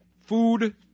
food